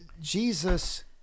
Jesus